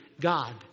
God